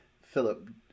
Philip